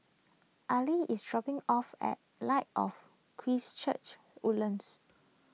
Aili is dropping off at Light of Christ Church Woodlands